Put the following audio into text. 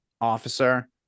officer